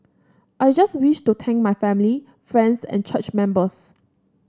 I just wish to thank my family friends and church members